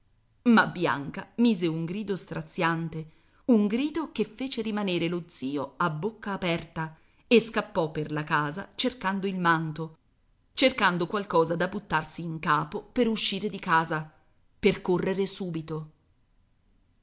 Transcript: ma bianca mise un grido straziante un grido che fece rimanere lo zio a bocca aperta e scappò per la casa cercando il manto cercando qualcosa da buttarsi in capo per uscire di casa per correre subito